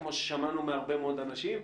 כמו ששמענו מהרבה מאוד אנשים,